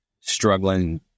struggling